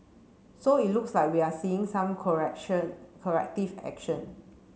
so it looks like we are seeing some correction corrective action